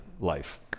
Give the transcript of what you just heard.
life